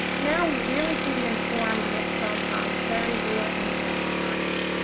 now we really can be informed with some um very real and important science.